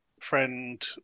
friend